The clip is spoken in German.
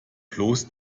bloß